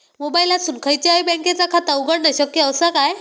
मोबाईलातसून खयच्याई बँकेचा खाता उघडणा शक्य असा काय?